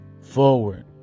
forward